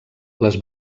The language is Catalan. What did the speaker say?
les